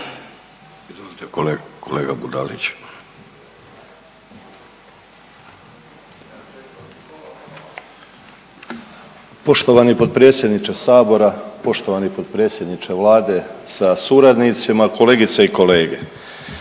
**Budalić, Ivan (HDZ)** Poštovani potpredsjedniče sabora, poštovani potpredsjedniče Vlade sa suradnicima, kolegice i kolege.